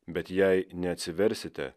bet jei neatsiversite